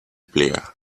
player